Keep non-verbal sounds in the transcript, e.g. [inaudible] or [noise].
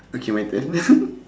okay my turn [laughs]